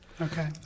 Okay